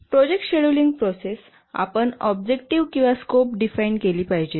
project scheduling process आपण objective किंवा scope define केली पाहिजे